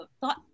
thought